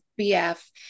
BF